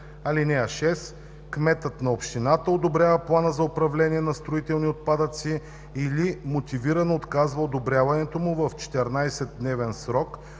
плана. (6) Кметът на общината одобрява плана за управление на строителни отпадъци или мотивирано отказва одобряването му в 14 дневен срок